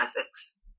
ethics